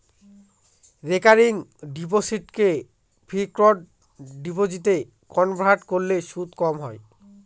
recurring ডিপোসিটকে fixed ডিপোজিটে convert করলে সুদ কম হয়